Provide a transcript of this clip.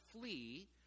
flee